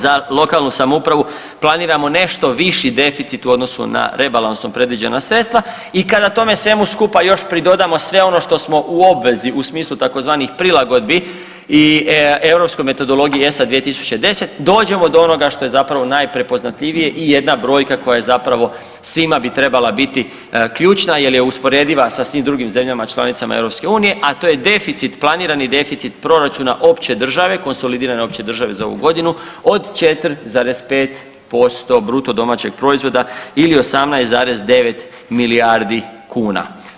Za lokalnu samoupravu planiramo nešto viši deficit u odnosu na rebalansom predviđena sredstva i kada tome svemu skupa još pridodamo sve ono što smo u obvezi u smislu tzv. prilagodbi i europskoj metodologiji ESA 2010 dođemo do onoga što je zapravo najprepoznatljivije i jedna brojka koja je zapravo svima bi trebala biti ključna jer je usporediva sa svim drugim zemljama članicama EU, a to je deficit, planirani deficit proračuna opće države, konsolidirane opće države za ovu godinu od 4,5% bruto domaćeg proizvoda ili 18,9 milijardi kuna.